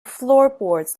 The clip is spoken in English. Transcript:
floorboards